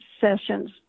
sessions